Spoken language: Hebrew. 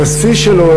הבסיס שלו,